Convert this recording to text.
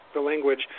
language